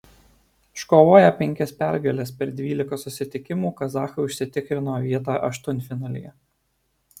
iškovoję penkias pergales per dvylika susitikimų kazachai užsitikrino vietą aštuntfinalyje